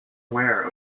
aware